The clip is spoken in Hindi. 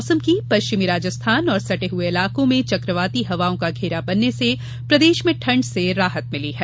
मौसम पश्चिमी राजस्थान और सटे इलाकों में चक्रवाती हवाओं का घेरा बनने से प्रदेश में ठंड से थोड़ी राहत मिली है